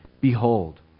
Behold